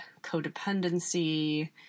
codependency